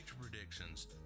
Predictions